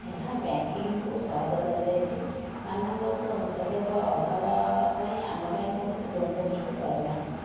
ଏହା ବ୍ୟାଙ୍କିଙ୍ଗକୁ ସହଜ କରିଯାଇଛି ମାନବିକ ହସ୍ତକ୍ଷେପ ଅଭାବ ପାଇଁ ଆମ ପାଇଁ କୌଣସି ଦ୍ଵନ୍ଦ ସୃଷ୍ଟି କରିନାହିଁ